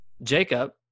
Jacob